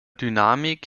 dynamik